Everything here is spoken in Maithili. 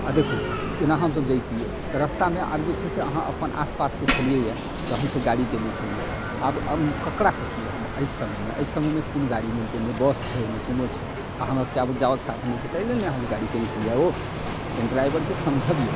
आओर देखू जेना हम सब जेतिए तऽ रस्तामे आब जे छै से अहाँ अपन आसपासके छलिए तऽ हमसब गाड़ी केने छलिए आब ककरा कहिए हम एहि समयमे एहि समयमे कोन गाड़ी मिलतै नहि बस छै नहि कोनो छै आओर हमरासबके आबऽके जाबऽके साधन नहि छै ताहि लेल ने अहाँके गाड़ी केने छलिए ओ कनि ड्राइवरके समझाबिऔ